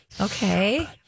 Okay